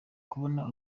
kubona